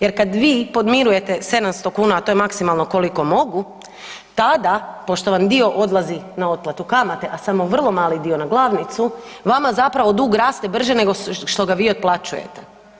Jer kad vi podmirujete 700 kuna, a to je maksimalno koliko mogu tada pošto vam dio odlazi na otplatu kamate, a samo vrlo mali dio na glavnicu vama zapravo dug raste brže nego što ga vi otplaćujete.